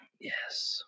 Yes